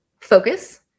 focus